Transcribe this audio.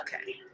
Okay